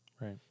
Right